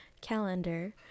calendar